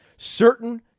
Certain